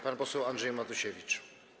Pan poseł Andrzej Matusiewicz.